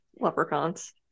leprechauns